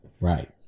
Right